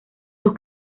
sus